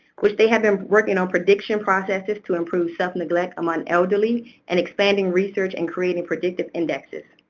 which they have been working on prediction processes to improve self-neglect among elderly and expanding research and creating predictive indexes.